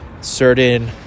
certain